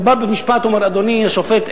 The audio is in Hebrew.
ובא לבית-משפט ואומר: אדוני השופט,